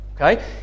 Okay